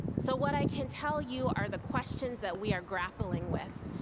so what i can tell you are the questions that we are grappling with,